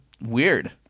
weird